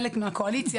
חלק מן הקואליציה.